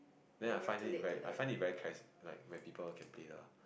then I find it very I find it very charis~ like when people can play the